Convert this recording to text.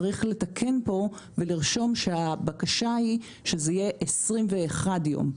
צריך לתקן ולרשום שהבקשה היא שזה יהיה שוטף + 21 ימים.